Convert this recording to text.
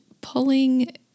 pulling